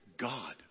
God